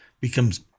becomes